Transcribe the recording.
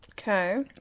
okay